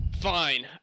Fine